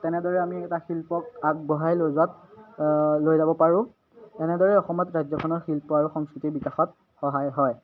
তেনেদৰে আমি এটা শিল্পক আগবঢ়াই লৈ যোৱাত লৈ যাব পাৰোঁ এনেদৰে অসমত ৰাজ্যখনৰ শিল্প আৰু সংস্কৃতি বিকাশত সহায় হয়